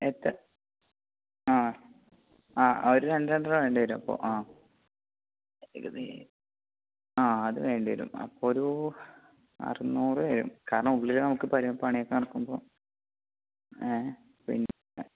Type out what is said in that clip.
എത്ര ആ ആ ഒരു രണ്ട് രണ്ടര വേണ്ടി വരും അപ്പോൾ ആ ആ അത് വേണ്ടിവരും അപ്പോഴൊരൂ അറുന്നൂറ് വരും കാരണം ഉള്ളിൽ നമുക്ക് ഇപ്പോൾ പണിയൊക്കെ നടക്കുമ്പോൾ പിന്നെ